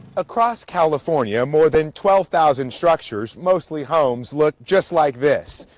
across california, more than twelve thousand structures, mostly homes, look just like this.